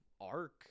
arc